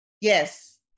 Yes